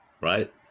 right